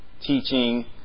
teaching